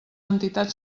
entitats